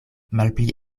malpli